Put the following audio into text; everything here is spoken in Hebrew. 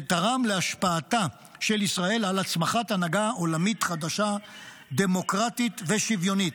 ותרם להשפעתה של ישראל על הצמחת הנהגה עולמית חדשה דמוקרטית ושוויונית.